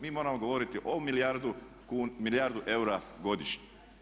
Mi moramo govoriti o milijardu eura godišnje.